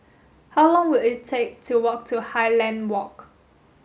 how long will it take to walk to Highland Walk